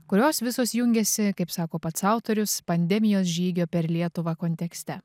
kurios visos jungiasi kaip sako pats autorius pandemijos žygio per lietuvą kontekste